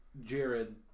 Jared